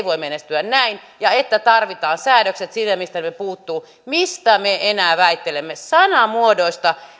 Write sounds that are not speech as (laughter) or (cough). (unintelligible) voi menestyä näin ja että tarvitaan säädökset sinne mistä ne puuttuvat mistä me enää väittelemme sanamuodoista